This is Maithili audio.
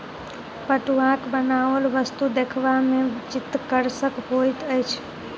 पटुआक बनाओल वस्तु देखबा मे चित्तकर्षक होइत अछि